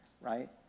right